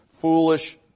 foolish